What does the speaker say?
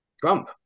Trump